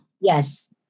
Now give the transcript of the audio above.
Yes